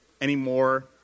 anymore